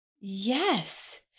Yes